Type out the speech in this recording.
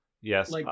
yes